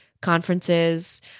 conferences